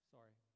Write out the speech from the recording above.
Sorry